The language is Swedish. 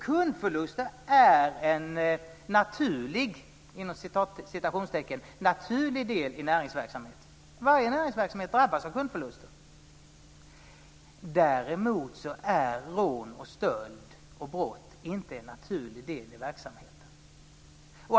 Kundförluster är en "naturlig" del i näringsverksamhet. Varje näringsverksamhet drabbas av kundförluster. Däremot är rån, stöld och brott inte en naturlig del i verksamheten.